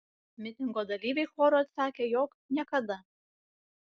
mitingo dalyviai choru atsakė jog niekada